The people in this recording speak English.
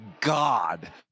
god